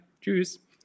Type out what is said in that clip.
Tschüss